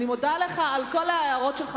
אני מודה לך על כל ההארות שלך,